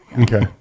Okay